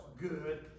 good